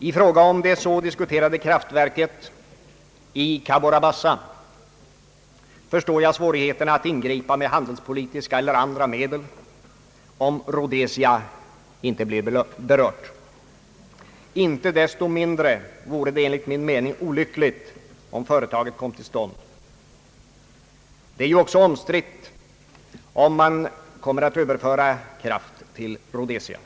I fråga om det så diskuterade kraftverket i Cabora Bassa förstår jag svårigheterna att ingripa med handelspolitiska eller andra medel om Rhodesia inte blir berört. Inte desto mindre vore det enligt min mening olyckligt om företaget kom till stånd. Det är ju också omstritt om man kommer att överföra kraft till Rhodesia.